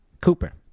Cooper